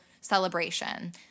celebration